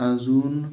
अजून